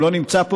הוא לא נמצא פה,